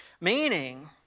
Meaning